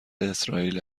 اسرائیل